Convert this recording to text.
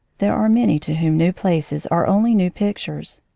there are many to whom new places are only new pictures,